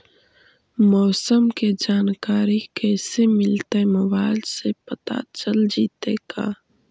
मौसम के जानकारी कैसे मिलतै मोबाईल से पता चल जितै का?